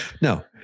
No